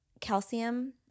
calcium